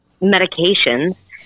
medications